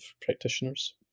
practitioners